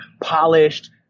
polished